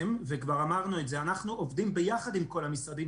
אנחנו עובדים ביחד עם כל המשרדים,